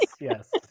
Yes